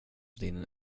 din